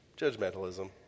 judgmentalism